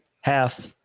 half